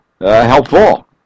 helpful